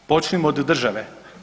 Počnimo od države.